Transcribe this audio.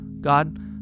God